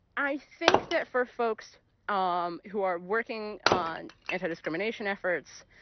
i think that for folks um who are working on anti-discrimination efforts,